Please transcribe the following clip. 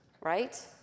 Right